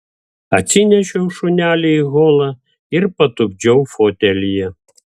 atsinešiau šunelį į holą ir patupdžiau fotelyje